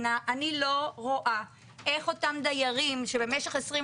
אני לא רואה איך אותם דיירים שבמשך 25